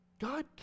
God